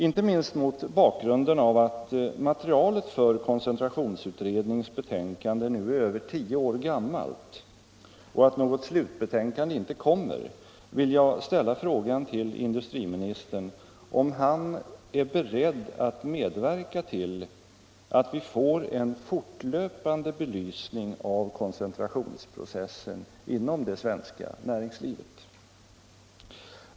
Inte minst mot bakgrunden av att materialet för koncentrationsutredningens betänkande nu är över tio år gammalt och att något slutbetänkande inte kommer vill jag ställa frågan till industriministern, om han är beredd att medverka till att vi får en fortlöpande belysning av koncentrationsprocessen inom det svenska näringslivet.